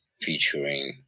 featuring